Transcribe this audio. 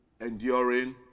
enduring